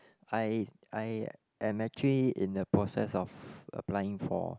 I I am actually in the process of applying for